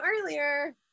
earlier